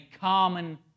common